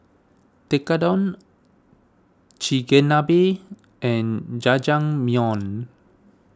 Tekkadon Chigenabe and Jajangmyeon